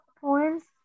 points